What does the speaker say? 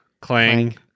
clang